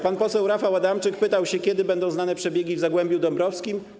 Pan poseł Rafał Adamczyk pytał, kiedy będą znane przebiegi w Zagłębiu Dąbrowskim.